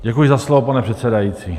Děkuji za slovo, pane předsedající.